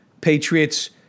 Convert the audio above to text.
Patriots